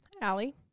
Allie